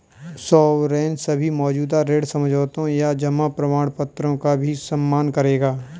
sovereign सभी मौजूदा ऋण समझौतों या जमा प्रमाणपत्रों का भी सम्मान करेगा